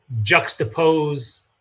juxtapose